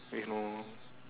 no